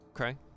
Okay